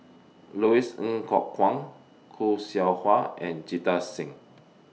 Louis Ng Kok Kwang Khoo Seow Hwa and Jita Singh